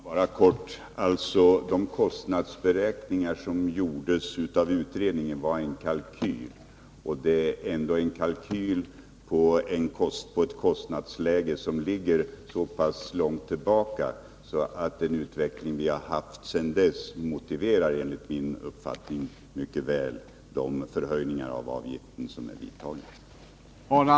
Herr talman! Helt kort: De kostnadsberäkningar som gjordes av utredningen var en kalkyl. Det var ändå en kalkyl på ett kostnadsläge som ligger så pass långt tillbaka i tiden att den utveckling vi har haft sedan dess enligt min uppfattning mycket väl motiverar de förhöjningar av avgiften som är vidtagna.